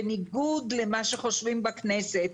בניגוד למה שחושבים בכנסת,